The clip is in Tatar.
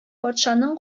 патшаның